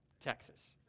Texas